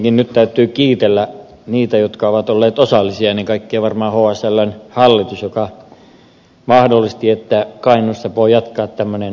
ensinnäkin nyt täytyy kiitellä niitä jotka ovat olleet osallisia ennen kaikkea varmaan hsln hallitusta joka mahdollisti että kainuussa voi jatkaa kiskokalustotuotanto